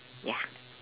ya